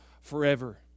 forever